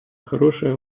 хорошая